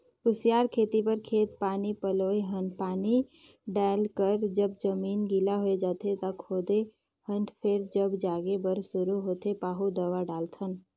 कुसियार खेती बर खेत पानी पलोए हन पानी डायल कर जब जमीन गिला होए जाथें त खोदे हन फेर जब जागे बर शुरू होथे पाहु दवा डालथन